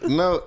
no